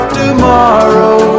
tomorrow